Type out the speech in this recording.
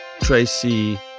Tracy